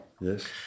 yes